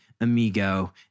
Amigo